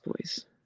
boys